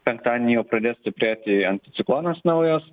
penktadienį jau pradės stiprėti anticiklonas naujas